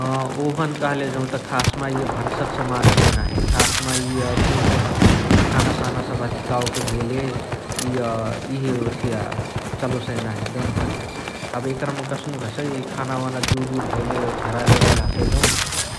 अ oven कहले जौत खास मा इअ भन्सक समान हलिय नाही । खास्मा इअ एबे देउनकही खाना साना सबह धिकावके भेले इअ इहे ओथिया चलोसइ नाही देउनकही । एबे एकरमा कस्नुक हसइ खाना वाना जुड उड भेले धाराऐली ओराइली हसइ जौ